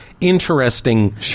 interesting